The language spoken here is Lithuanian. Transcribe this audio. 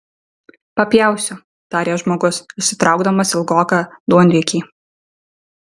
papjausiu tarė žmogus išsitraukdamas ilgoką duonriekį